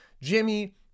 Jimmy